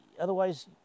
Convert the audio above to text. Otherwise